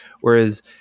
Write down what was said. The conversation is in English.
Whereas